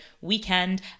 weekend